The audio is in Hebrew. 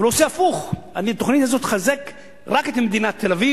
אבל הוא עושה הפוך: התוכנית הזאת תחזק רק את מדינת תל-אביב,